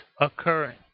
occurring